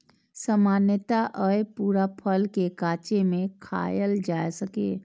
सामान्यतः अय पूरा फल कें कांचे मे खायल जा सकैए